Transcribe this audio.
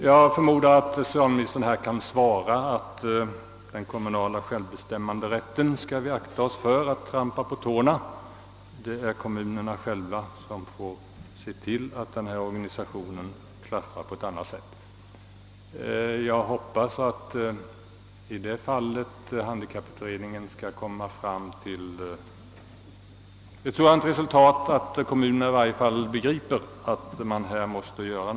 Jag förmodar att socialministern kan svara att vi bör akta oss för att trampa den kommunala självbestämmanderätten på tårna. Det är kommunerna själva som får se till att den här organisationen klaffar på ett eller annat sätt. Jag hoppas att handikapputredningen i detta hänseende skall komma fram till ett sådant resultat att kommunerna begriper att något måste göras.